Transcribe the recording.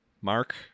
Mark